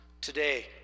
today